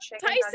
Tyson